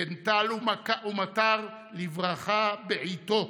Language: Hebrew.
תן טל ומטר לברכה בעיתו.